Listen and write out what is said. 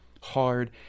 hard